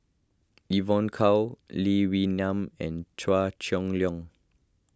Evon Kow Lee Wee Nam and Chua Chong Long